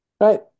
Right